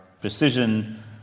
precision